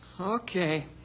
Okay